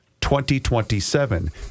2027